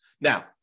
Now